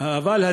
אבל גדול,